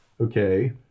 Okay